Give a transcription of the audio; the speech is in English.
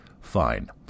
fine